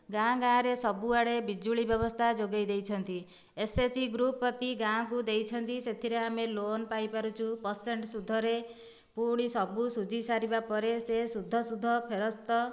ଗାଁ ଗାଁ ରେ ସବୁଆଡ଼େ ବିଜୁଳି ବ୍ୟବସ୍ଥା ଯୋଗାଇ ଦେଇଛନ୍ତି ଏସ୍ଏଚ୍ଜି ଗ୍ରୁପ ପ୍ରତି ଗାଁ କୁ ଦେଇଛନ୍ତି ସେଥିରେ ଆମେ ଲୋନ ପାଇପାରୁଛୁ ପର୍ସେଣ୍ଟ ସୁଧରେ ପୁଣି ସବୁ ସୁଝି ସାରିବା ପରେ ସେ ସୁଧ ସୁଧ ଫେରସ୍ତ